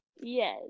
Yes